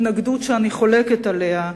התנגדות שאני חולקת עליה,